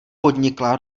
podnikla